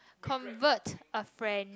convert a friend